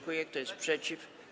Kto jest przeciw?